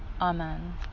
Amen